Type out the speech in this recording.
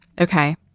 Okay